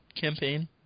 campaign